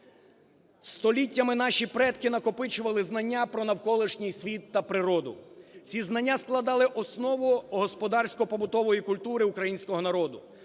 Століттями наші предки накопичували знання про навколишній світ та природу. Ці знання складали основу господарсько-побутової культури українського народу,